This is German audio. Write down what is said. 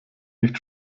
nicht